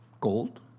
gold